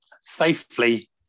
safely